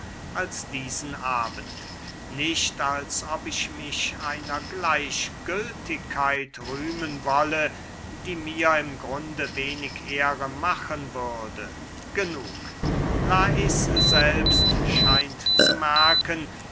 als diesen abend nicht als ob ich mich einer gleichgültigkeit rühmen wolle die mir im grunde wenig ehre machen würde genug lais selbst scheint zu merken